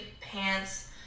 pants